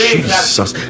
Jesus